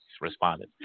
responded